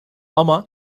ama